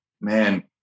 man